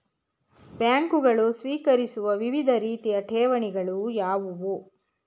ಬ್ಯಾಂಕುಗಳು ಸ್ವೀಕರಿಸುವ ವಿವಿಧ ರೀತಿಯ ಠೇವಣಿಗಳು ಯಾವುವು?